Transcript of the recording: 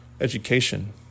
education